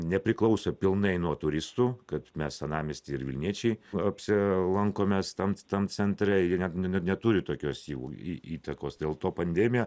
nepriklauso pilnai nuo turistų kaip mes senamiesty ir vilniečiai apsi lankomės tam tam centre jie net neturi tokios jau į įtakos dėl to pandemija